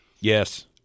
Yes